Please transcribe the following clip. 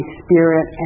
spirit